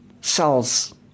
cells